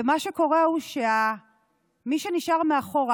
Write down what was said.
ומה שקורה הוא שמי שנשאר מאחור,